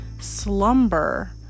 slumber